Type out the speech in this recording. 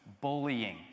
bullying